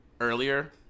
earlier